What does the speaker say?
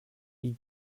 wie